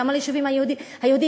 כמה ליישובים היהודיים,